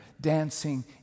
dancing